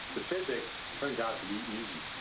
the physics turns out to be easy.